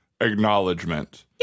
acknowledgement